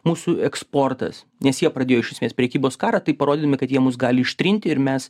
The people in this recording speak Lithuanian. mūsų eksportas nes jie pradėjo iš esmės prekybos karą taip parodydami kad jie mus gali ištrinti ir mes